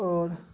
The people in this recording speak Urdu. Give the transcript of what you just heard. اور